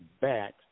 back